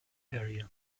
area